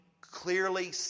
clearly